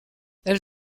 elle